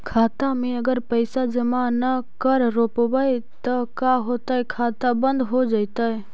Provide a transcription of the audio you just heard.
खाता मे अगर पैसा जमा न कर रोपबै त का होतै खाता बन्द हो जैतै?